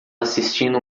assistindo